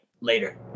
Later